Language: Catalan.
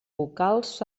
vocals